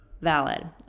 valid